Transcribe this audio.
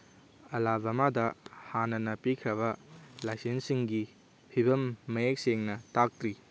ꯑꯂꯥꯕꯃꯥꯗ ꯍꯥꯟꯅꯅ ꯄꯤꯈ꯭ꯔꯕ ꯂꯥꯏꯁꯦꯟꯁꯁꯤꯡꯒꯤ ꯐꯤꯕꯝ ꯃꯌꯦꯛ ꯁꯦꯡꯅ ꯇꯥꯛꯇ꯭ꯔꯤ